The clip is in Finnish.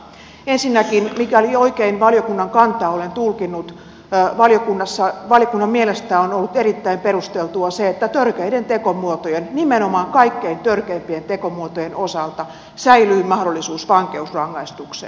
ensinnäkin mikäli oikein valiokunnan kantaa olen tulkinnut valiokunnan mielestä on ollut erittäin perusteltua se että törkeiden tekomuotojen nimenomaan kaikkein törkeimpien tekomuotojen osalta säilyy mahdollisuus vankeusrangaistukseen